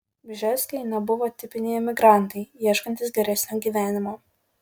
bžeskai nebuvo tipiniai emigrantai ieškantys geresnio gyvenimo